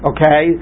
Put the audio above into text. Okay